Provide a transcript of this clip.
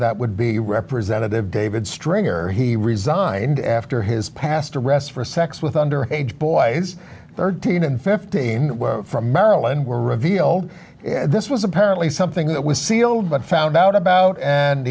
that would be representative david stringer he resigned after his past arrest for sex with under age boys thirteen and fifteen from maryland were revealed this was apparently something that was sealed but found out about